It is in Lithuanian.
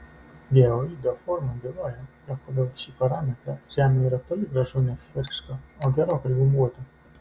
geoido forma byloja jog pagal šį parametrą žemė yra toli gražu ne sferiška o gerokai gumbuota